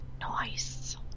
Nice